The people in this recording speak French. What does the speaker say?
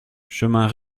chemin